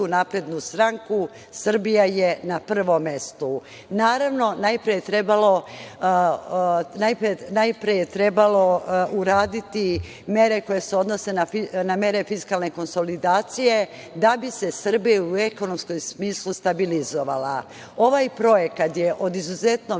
Vučića i SNS Srbija je na prvom mestu. Naravno, najpre je trebalo uraditi mere koje se odnose na mere fiskalne konsolidacije da bi se Srbija u ekonomskom smislu stabilizovala. Ovaj projekat je od izuzetno